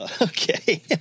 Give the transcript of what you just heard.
Okay